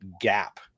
gap